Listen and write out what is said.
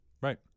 Right